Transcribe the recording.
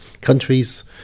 Countries